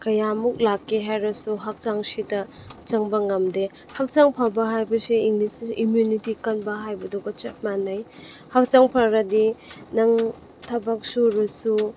ꯀꯌꯥꯝꯃꯨꯛ ꯂꯥꯛꯀꯦ ꯍꯥꯏꯔꯁꯨ ꯍꯛꯆꯥꯡꯁꯤꯗ ꯆꯪꯕ ꯉꯝꯗꯦ ꯍꯛꯆꯥꯡ ꯐꯕ ꯍꯥꯏꯕꯁꯦ ꯏꯪꯂꯤꯁꯇ ꯏꯝꯃ꯭ꯌꯨꯟꯅꯤꯇꯤ ꯀꯟꯕ ꯍꯥꯏꯕꯗꯨꯒ ꯆꯞ ꯃꯥꯟꯅꯩ ꯍꯛꯆꯥꯡ ꯐꯔꯒꯗꯤ ꯅꯪ ꯊꯕꯛ ꯁꯨꯔꯁꯨ